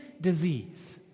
disease